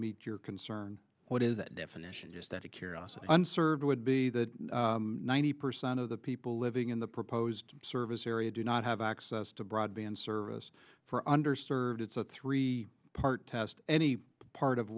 meet your concern what is that definition just as a curiosity unserved would be that ninety percent of the people living in the proposed service area do not have access to broadband service for under served it's a three part test any part of